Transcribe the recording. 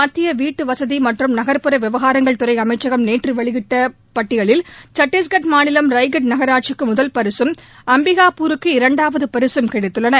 மத்திய வீட்டுவசதி மற்றும் நகர்ப்புற விவகாரங்கள் துறை அமைச்சகம் நேற்று வெளியிட்ட பட்டியலில் சத்தீஷ்கட் மாநிலம் ரைகா் நகராட்சிக்கு முதல் பரிசும் அப்பிகாபூருக்கு இரண்டாவது பரிசும் கிடைத்துள்ளன